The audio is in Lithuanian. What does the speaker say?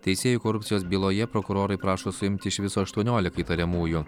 teisėjų korupcijos byloje prokurorai prašo suimti iš viso aštuoniolika įtariamųjų